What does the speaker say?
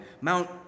Mount